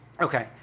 Okay